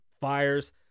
fires